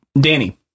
Danny